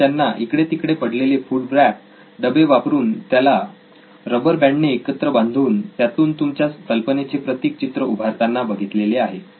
मी त्यांना इकडे तिकडे पडलेले फुड व्रॅप डबे वापरून त्याला रबर बँडने एकत्र बांधून त्यातून तुमच्या कल्पनेचे प्रतीक चित्र उभारताना बघितले आहे